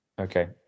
Okay